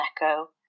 Echo